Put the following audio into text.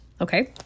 Okay